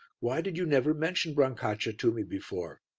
why did you never mention brancaccia to me before?